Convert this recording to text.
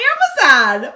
Amazon